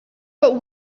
but